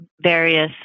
various